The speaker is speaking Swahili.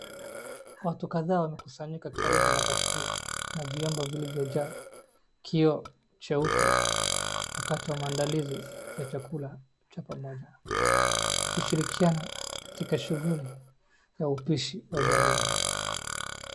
Watu kadhaa wamekusanyika karibu na bakuli na vyombo vilivyo jaa kioo cheupe wakati wa maandalizi ya chakula cha pamoja. Wakishirikiana katika shughuli ya upisi wa jamii.